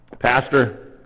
Pastor